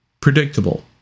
predictable